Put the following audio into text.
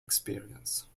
experience